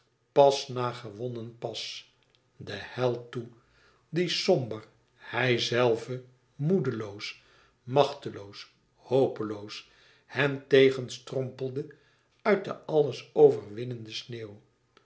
pas na gewonnen pas den held toe die somber hijzelve moedeloos machteloos hopeloos hen tegen strompelde uit de alles overwinnende sneeuw